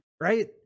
Right